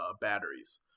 batteries